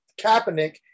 Kaepernick